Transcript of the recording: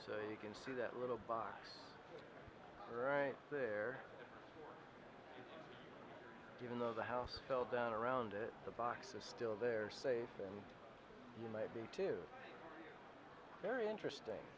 box you can see that little by right there even though the house fell down around it the box is still there safe and you might be two very interesting